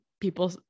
people